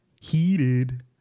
Heated